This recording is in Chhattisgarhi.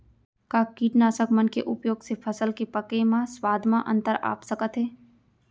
का कीटनाशक मन के उपयोग से फसल के पके म स्वाद म अंतर आप सकत हे?